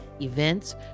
events